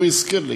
והוא הזכיר לי.